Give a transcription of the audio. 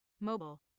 Mobile